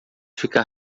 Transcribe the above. ficar